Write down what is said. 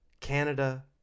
Canada